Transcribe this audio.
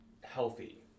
healthy